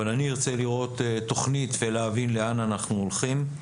אבל אני ארצה לראות תוכנית ולהבין לאן אנחנו הולכים.